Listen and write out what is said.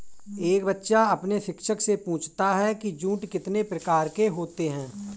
एक बच्चा अपने शिक्षक से पूछता है कि जूट कितने प्रकार के होते हैं?